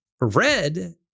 red